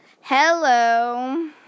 Hello